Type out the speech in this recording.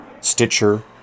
Stitcher